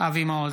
אבי מעוז,